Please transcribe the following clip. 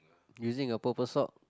using a purple sock